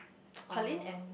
Pearlyn and